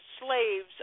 slaves